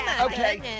Okay